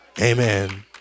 Amen